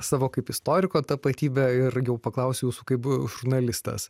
savo kaip istoriko tapatybę ir jau paklausiu jūsų kaip žurnalistas